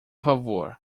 favor